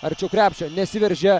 arčiau krepšio nesiveržia